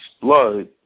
blood